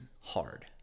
hard